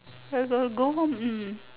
there's a go home hmm